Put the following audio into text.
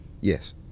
Yes